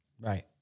Right